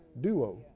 Duo